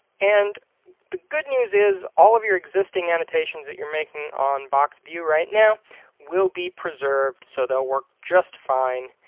and the good news is all of your existing annotations that you're making on box view right now will be preserved so they'll work just fine